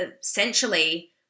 essentially